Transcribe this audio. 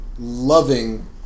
loving